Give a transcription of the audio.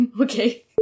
Okay